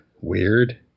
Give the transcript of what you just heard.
Weird